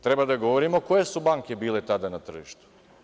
Treba da govorimo koje su banke bile tada na tržištu?